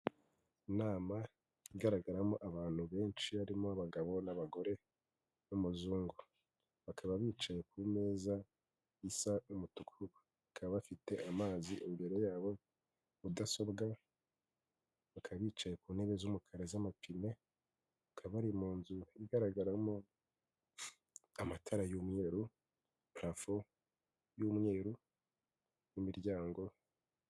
Inama igaragaramo abantu benshi harimo abagabo n'abagore n'umuzungu. Bakaba bicaye ku meza isa umutuku, bakaba bafite amazi imbere yabo, mudasobwa, bakaba bicaye ku ntebe z'umukara z'amapine, bakaba bari mu nzu igaragaramo amatara y'umweru, purafo y'umweru n'imiryango.